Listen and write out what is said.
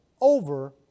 over